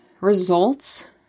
results